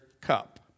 cup